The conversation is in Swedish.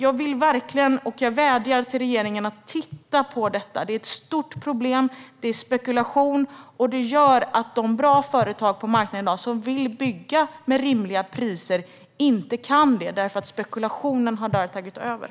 Jag vädjar till regeringen att titta på problemet. Det är stort. Det är fråga om spekulation. De goda företag som finns på marknaden i dag som vill bygga till rimliga priser kan inte göra så eftersom spekulationen har tagit över.